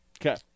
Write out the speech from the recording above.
Okay